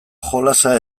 jolasa